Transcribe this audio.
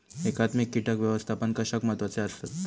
एकात्मिक कीटक व्यवस्थापन कशाक महत्वाचे आसत?